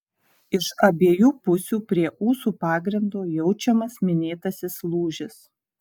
iš abiejų pusių prie ūsų pagrindo jaučiamas minėtasis lūžis